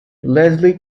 lesley